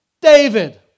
David